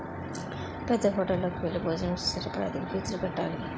పేద్దహోటల్లోకి వెళ్లి భోజనం చేసేటప్పుడు అధిక ఫీజులు కట్టాలి